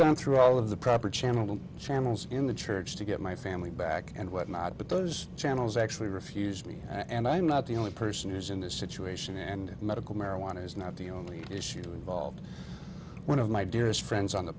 gone through all of the proper channels trammels in the church to get my family back and what not but those channels actually refused me and i'm not the only person who's in this situation and medical marijuana is not the only issue involved one of my dearest friends on the